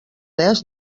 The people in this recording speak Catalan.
oest